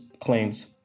claims